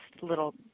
little